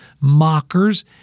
mockers